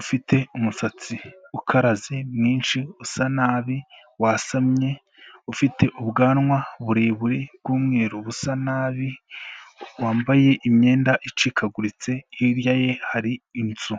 ufite umusatsi ukaraze mwinshi usa nabi, wasamye ufite ubwanwa burebure bw'umweru busa nabi, wambaye imyenda icikaguritse, hirya ye hari inzu.